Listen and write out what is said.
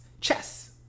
Chess